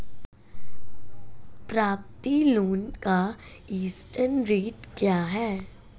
Property loan का interest rate क्या है?